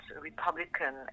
Republican